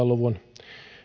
luvun